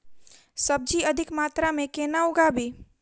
सब्जी अधिक मात्रा मे केना उगाबी?